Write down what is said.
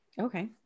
Okay